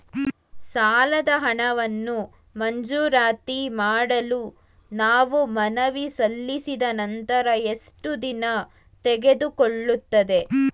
ಸಾಲದ ಹಣವನ್ನು ಮಂಜೂರಾತಿ ಮಾಡಲು ನಾವು ಮನವಿ ಸಲ್ಲಿಸಿದ ನಂತರ ಎಷ್ಟು ದಿನ ತೆಗೆದುಕೊಳ್ಳುತ್ತದೆ?